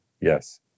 yes